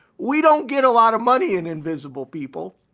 we don't get a lot of money in invisible people.